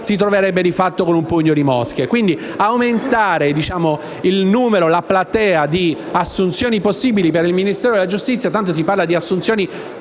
si troverebbe di fatto con un pugno di mosche. Aumentare il numero di assunzioni possibili per il Ministero della giustizia - si parla di assunzioni